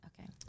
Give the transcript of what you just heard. okay